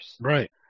Right